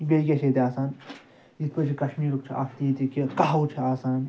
بیٚیہِ کیٛاہ چھِ ییٚتہِ آسان یِتھ پٲٹھۍ چھِ کشمیٖرُک چھُ اَکھ تہِ ییٚتہِ کہِ کَہوٕ چھِ آسان